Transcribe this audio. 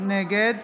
נגד